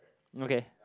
okay